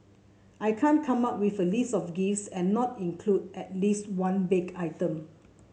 I can't come up with a list of gifts and not include at least one baked item